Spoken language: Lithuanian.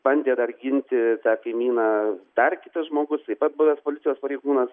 bandė dar ginti tą kaimyną dar kitas žmogus taip pat buvęs policijos pareigūnas